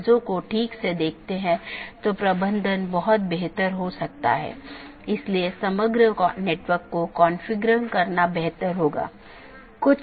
पथ को पथ की विशेषताओं के रूप में रिपोर्ट किया जाता है और इस जानकारी को अपडेट द्वारा विज्ञापित किया जाता है